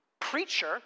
Preacher